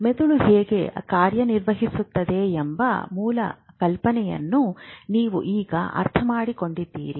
ಮೆದುಳು ಹೇಗೆ ಕಾರ್ಯನಿರ್ವಹಿಸುತ್ತದೆ ಎಂಬ ಮೂಲ ಕಲ್ಪನೆಯನ್ನು ನೀವು ಈಗ ಅರ್ಥಮಾಡಿಕೊಂಡಿದ್ದೀರಿ